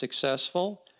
successful